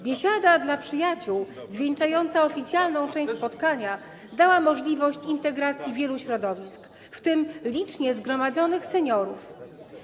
Biesiada dla Przyjaciół, zwieńczająca oficjalną część spotkania, dała możliwość integracji wielu środowisk, w tym licznie zgromadzonych seniorów.